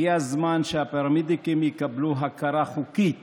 הגיע הזמן שהפרמדיקים יקבלו הכרה חוקית